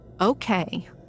Okay